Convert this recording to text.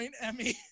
emmy